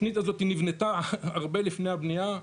התוכנית הזאת נבנתה הרבה לפני הבנייה,